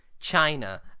China